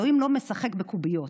אלוהים לא משחק בקוביות.